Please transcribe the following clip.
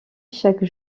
chaque